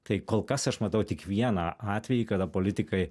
tai kol kas aš matau tik vieną atvejį kada politikai